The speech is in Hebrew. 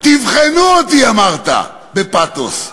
תבחנו אותי, אמרת בפתוס.